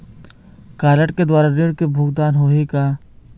Card के द्वारा ऋण के भुगतान होही का?